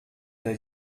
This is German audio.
der